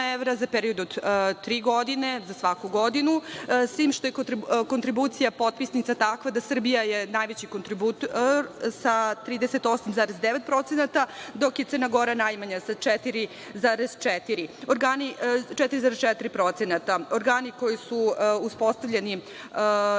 evra za period od tri godine, za svaku godinu, s tim što je kontribucija potpisnica takva da je Srbija najveći kontributer sa 38,9%, dok je Crna Gora najmanja sa 4,4%. Organi koji su uspostavljeni i koji